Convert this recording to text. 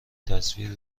تصویر